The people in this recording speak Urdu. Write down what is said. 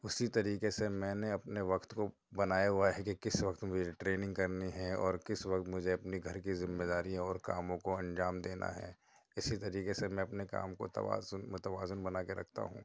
اسی طریقے سے میں نے اپنے وقت کو بنایا ہوا ہے کہ کس وقت مجھے ٹریننگ کرنی ہے اور کس وقت مجھے اپنی گھر کی ذمے داری اور کاموں کو انجام دینا ہے اسی طریقے سے میں اپنے کام کو توازن متوازن بنا کے رکھتا ہوں